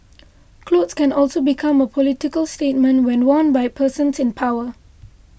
clothes can also become a political statement when worn by persons in power